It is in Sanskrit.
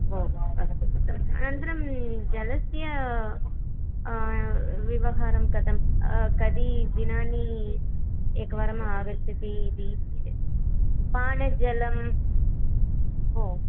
ओ अस्तु उत्तमम् अनन्तरं जलस्य व्यवहारं कथं कति दिनानि एकवारम् आगच्छति इति पानजलम् ओ